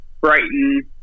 Brighton